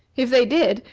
if they did,